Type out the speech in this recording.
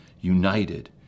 united